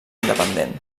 independent